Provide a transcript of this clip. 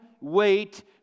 wait